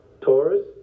Taurus